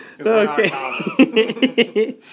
Okay